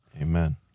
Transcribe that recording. Amen